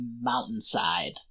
mountainside